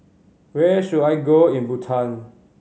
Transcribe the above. where should I go in Bhutan